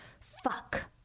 Fuck